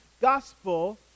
gospel